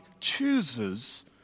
chooses